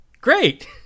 great